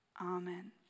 Amen